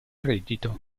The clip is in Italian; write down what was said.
reddito